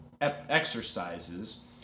exercises